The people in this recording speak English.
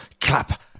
clap